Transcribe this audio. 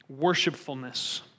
worshipfulness